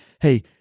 Hey